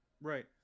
Right